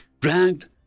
dragged